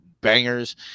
bangers